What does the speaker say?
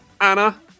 Anna